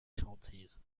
counties